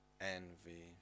envy